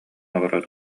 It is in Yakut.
олорор